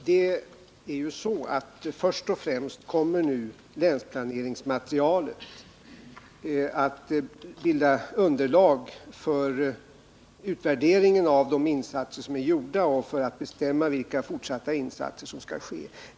Herr talman! Först och främst kommer länsplaneringsmaterialet att bilda underlag för utvärderingen av de gjorda insatserna och för bestämmandet av vilka fortsatta insatser som skall göras.